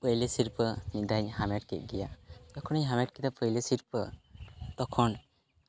ᱯᱳᱭᱞᱳ ᱥᱤᱨᱯᱟᱹ ᱢᱤᱫ ᱫᱷᱟᱣ ᱤᱧ ᱦᱟᱢᱮᱴ ᱠᱮᱫ ᱜᱮᱭᱟ ᱡᱚᱠᱷᱚᱱᱤᱧ ᱦᱟᱢᱮᱴ ᱠᱮᱫᱟ ᱯᱳᱭᱞᱳ ᱥᱤᱨᱯᱟᱹ ᱛᱚᱠᱷᱚᱱ